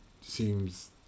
seems